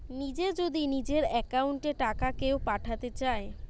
নিজে যদি নিজের একাউন্ট এ টাকা কেও পাঠাতে চায়